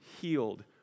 healed